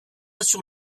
sur